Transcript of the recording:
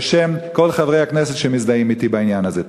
בשם כל חברי הכנסת שמזדהים אתי בעניין הזה.